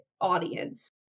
audience